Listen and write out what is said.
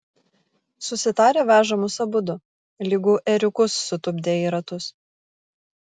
susitarę veža mus abudu lygu ėriukus sutupdę į ratus